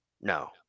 No